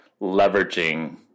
leveraging